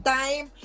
time